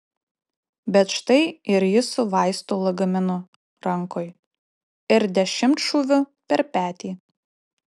bet štai ir ji su vaistų lagaminu rankoj ir dešimtšūviu per petį